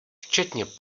včetně